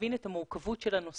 נבין את המורכבות של הנושא.